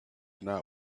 not